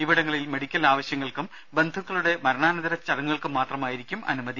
ഇവിടങ്ങളിൽ മെഡിക്കൽ ആവശ്യങ്ങൾക്കും ബന്ധുക്കളുടെ മരണാനന്തര ചടങ്ങുകൾക്കും മാത്രമായിരിക്കും അനുമതി